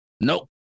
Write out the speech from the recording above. nope